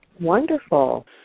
Wonderful